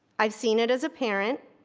i've seen it as a parent,